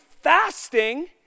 Fasting